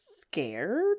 scared